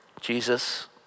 Jesus